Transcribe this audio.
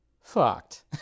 fucked